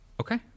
Okay